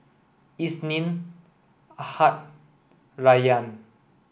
Isnin Ahad Rayyan